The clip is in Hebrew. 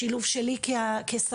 זה שילוב שלי כשרה.